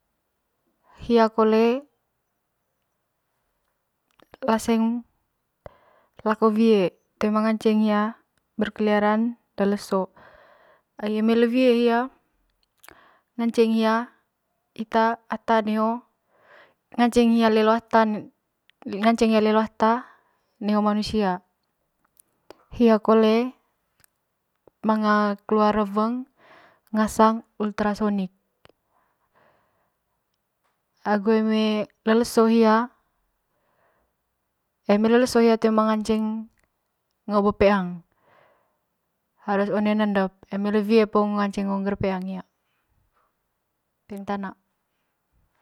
Hia kole laseng wie toe ma ngance le leso ai eme le wie hia nganceng hia ita ata elo ngaceng hia lelo ata neho ngaceng hia lelo ata haer lelo manusia hia kole manga keluar reweng ngasang ultra sonik agu eme le leso hia eme le leso hia toe nganceng ngo bepeang harus one nendep eme le wie hia po ngaceng ngo peang peang tana.